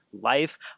Life